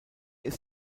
ist